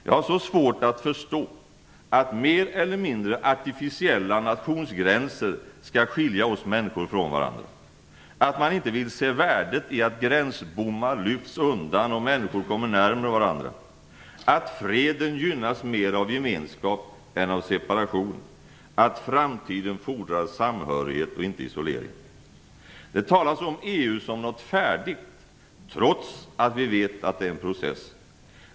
Jag har så svårt att förstå att mer eller mindre artificiella nationsgränser skall skilja oss människor från varandra, att man inte vill se värdet i att gränsbommar lyfts undan och människor kommer närmare varandra, att freden gynnas mer av gemenskap än av separation, att framtiden fordrar samhörighet och inte isolering. Det talas om EU som något färdigt, trots att vi vet att det är en process.